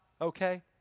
okay